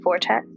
Fortet